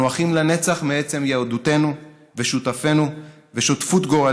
אנו אחים לנצח מעצם יהדותנו ושותפות גורלנו.